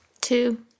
Two